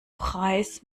preis